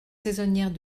saisonnières